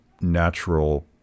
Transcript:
natural